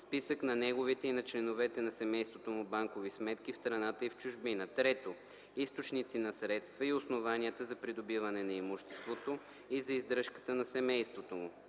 списък на неговите и на членовете на семейството му банкови сметки в страната и в чужбина; 3. източниците на средства и основанията за придобиване на имуществото и за издръжката на семейството му;